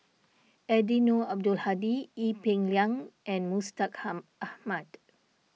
Eddino Abdul Hadi Ee Peng Liang and Mustaq ham Ahmad